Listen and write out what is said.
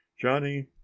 Johnny